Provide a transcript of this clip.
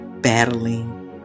battling